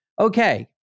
okay